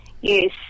Yes